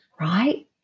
right